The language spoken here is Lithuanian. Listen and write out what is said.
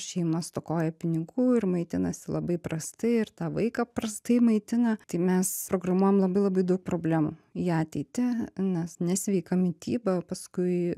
šeima stokoja pinigų ir maitinasi labai prastai ir tą vaiką prastai maitina tai mes programuojam labai labai daug problemų į ateitį nes nesveika mityba paskui